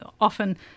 often